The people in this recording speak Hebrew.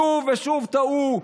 שוב ושוב טעו,